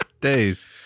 days